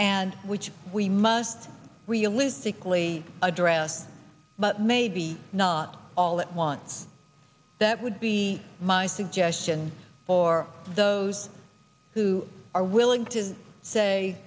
and which we must realistically address but maybe not all at once that would be my suggestion for those who are willing to say